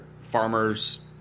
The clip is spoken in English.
farmers